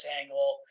angle